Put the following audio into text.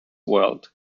world